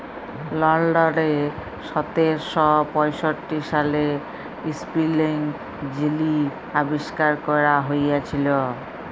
লল্ডলে সতের শ পঁয়ষট্টি সালে ইস্পিলিং যিলি আবিষ্কার ক্যরা হঁইয়েছিল